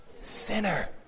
sinner